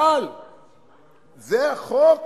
אבל זה החוק